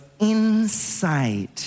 inside